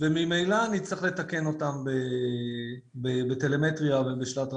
וממילא נצטרך לתקן אותם בטלמטריה ובשלט רחוק.